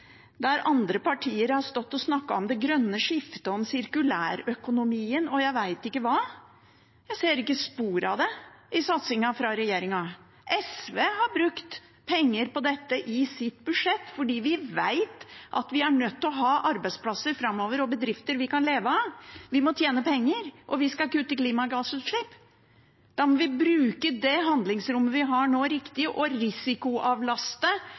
der andre partier har stått og snakket om det grønne skiftet, om sirkulærøkonomien og jeg vet ikke hva. Jeg ser ikke spor av det i satsingen til regjeringen. SV har brukt penger på dette i sitt budsjett fordi vi vet at vi er nødt til å ha arbeidsplasser framover og bedrifter vi kan leve av. Vi må tjene penger, og vi skal kutte klimagassutslipp. Da må vi bruke det handlingsrommet vi har nå, riktig – risikoavlaste og